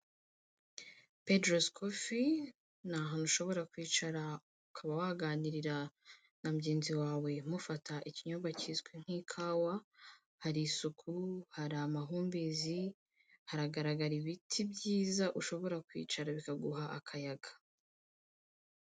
Pedros kofi, ni ahantu ushobora kwicara ukaba waganirira na mugenzi wawe mufata ikinyobwa cyizwi nk'ikawa, hari isuku, hari amahumbezi, haragaragara ibiti byiza ushobora kwicara bikaguha akayaga.